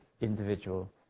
individual